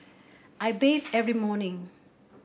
I bathe every morning